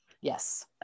Yes